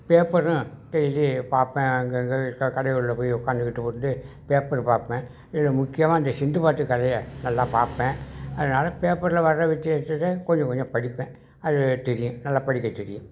பேப்பரும் டெய்லி பார்ப்பேன் அங்கேங்க இருக்கற கடைகளில் போய் உட்காந்துக்கிட்டு கொண்டு பேப்பரு பார்ப்பேன் இதில் முக்கியமாக அந்த சிந்துபாத்து கதையை நல்லா பார்ப்பேன் அதனால் பேப்பரில் வர்ற விஷயத்தில் கொஞ்சம் கொஞ்சம் படிப்பேன் அது தெரியும் நல்லா படிக்க தெரியும்